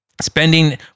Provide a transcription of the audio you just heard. Spending